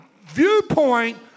viewpoint